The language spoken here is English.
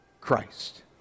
Christ